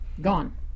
Gone